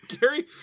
Gary